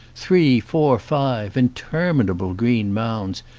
three, four, five, in terminable green mounds,